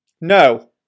No